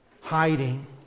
hiding